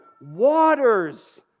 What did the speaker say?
waters